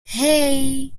hey